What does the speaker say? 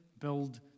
build